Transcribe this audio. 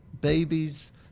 babies